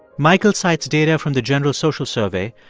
michael cites data from the general social survey,